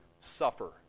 suffer